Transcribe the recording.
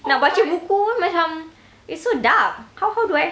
nak baca buku pun macam it's so dark how how do I